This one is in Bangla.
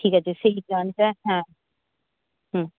ঠিক আছে সেই হ্যাঁ হুম